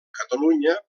catalunya